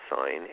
sign